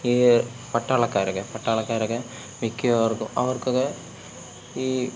ഈ പട്ടാളക്കാരൊക്കെ പട്ടാളക്കാരൊക്കെ മിക്കവർക്കും അവർക്കൊക്കെ ഈ